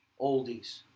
Oldies